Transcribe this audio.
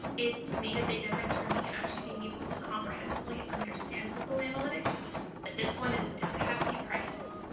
it's made a big difference for me and actually being able to comprehensively understand google analytics but this one is it's a hefty price.